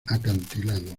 acantilado